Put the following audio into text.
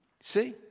See